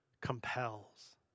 compels